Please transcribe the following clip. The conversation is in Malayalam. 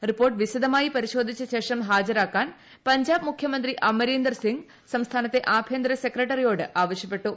റിപ്പോർട്ട് വിശദമായി പരിശോധിച്ച ശേഷം ഹാജരാക്കാൻ പഞ്ചാബ് മുഖ്യമന്ത്രി അമരീന്ദർ സിംഗ് സംസ്ഥാനത്തെ ആഭ്യന്തര ്രസെക്രട്ടറിയോട് ആവശ്യപ്പെട്ടു